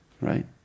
right